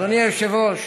אדוני היושב-ראש,